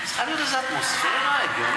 צריכה להיות איזו אטמוספירה הגיונית.